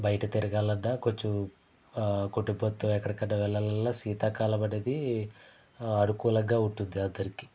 బయట తిరగాలన్న కొంచెం కుటుంబంతో ఎక్కడకన్నా వెళ్ళాలన్నా శీతాకాలమనేది అనుకూలంగా ఉంటుంది అందరికి